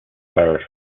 barrett